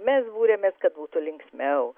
mes būrėmės kad būtų linksmiau